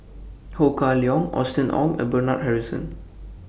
Ho Kah Leong Austen Ong and Bernard Harrison